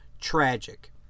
tragic